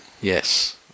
Yes